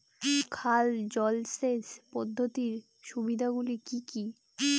খাল জলসেচ পদ্ধতির সুবিধাগুলি কি কি?